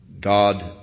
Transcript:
God